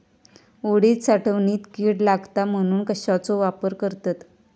उडीद साठवणीत कीड लागात म्हणून कश्याचो वापर करतत?